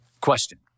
Question